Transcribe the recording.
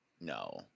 no